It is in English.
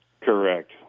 Correct